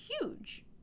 huge